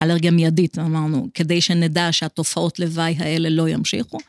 אלרגיה מיידית אמרנו, כדי שנדע שהתופעות לוואי האלה לא ימשיכו.